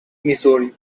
missouri